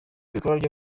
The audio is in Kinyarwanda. bikorwa